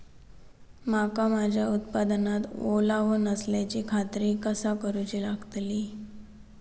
मका माझ्या उत्पादनात ओलावो नसल्याची खात्री कसा करुची लागतली?